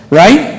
right